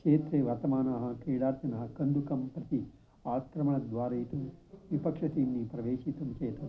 क्षेत्रे वर्तमानाः क्रीडार्थिनः कन्दुकं प्रति आक्रमणद्वारयितुं विपक्षसीमि प्रवेशितुं चेत्